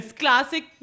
classic